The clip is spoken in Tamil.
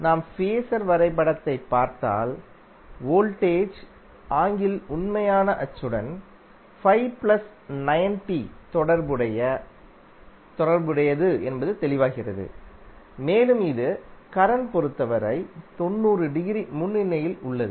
நாம் ஃபேஸர் வரைபடத்தைப் பார்த்தால் வோல்டேஜ் ஆங்கிள்உண்மையான அச்சுடன் தொடர்புடையதுஎன்பது தெளிவாகிறது மேலும் இது கரண்ட் பொறுத்தவரை 90 டிகிரி முன்னணியில் உள்ளது